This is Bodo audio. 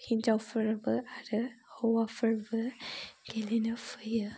हिनजावफोरबो आरो हौवाफोरबो गेलेनो फैयो